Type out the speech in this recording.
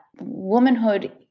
womanhood